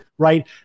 right